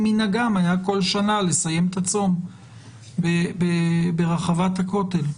מנהגם היה כל שנה לסיים את הצום ברחבת הכותל?